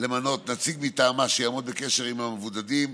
למנות נציג מטעמה שיעמוד בקשר עם המבודדים,